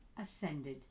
Ascended